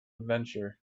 adventure